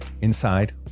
inside